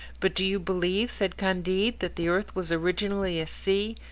but do you believe, said candide, that the earth was originally a sea,